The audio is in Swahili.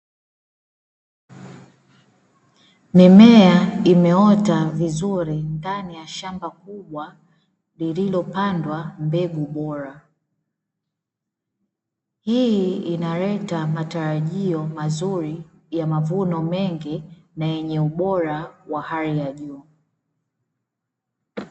Mimea imeota vizuri ndani ya shamba kubwa lililopandwa mbegu bora hii inaleta matarajio mazuri ya mavuno mengi na yenye ubora wa hali ya juu.